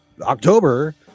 October